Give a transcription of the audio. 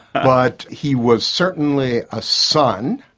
but he was certainly a son.